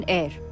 air